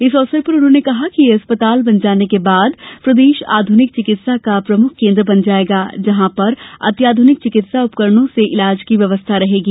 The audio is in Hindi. इस अवसर पर उन्होंने कहा कि यह अस्पताल बन जाने के बाद प्रदेश आधुनिक चिकित्सा का प्रेमुख केन्द्र बन जायेगा जहां पर अत्याधुनिक चिकित्सा उपकरणों से इलाज की व्यवस्था रहेगी